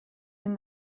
yng